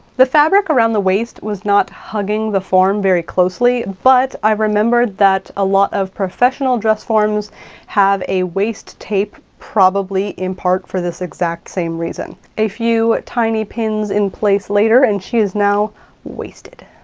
the fabric around the waist was not hugging the form very closely, but i remembered that a lot of professional dress forms have a waist tape, probably in part for this exact same reason. a few tiny pins in place later, and she is now waisted.